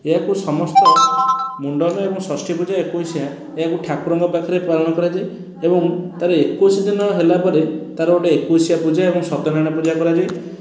ଏହାକୁ ସମସ୍ତ ମୁଣ୍ଡନ ଏବଂ ଷଷ୍ଠୀ ପୂଜା ଏକୋଇଶିଆ ଏହାକୁ ଠାକୁରଙ୍କ ପାଖରେ ପାଳନ କରାଯାଏ ଏବଂ ତାର ଏକୋଇଶ ଦିନ ହେଲା ପରେ ତା'ର ଗୋଟେ ଏକୋଇଶିଆ ପୂଜା ଏବଂ ସତ୍ୟନାରାୟଣ ପୂଜା କରାଯାଏ